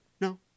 No